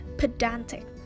Pedantic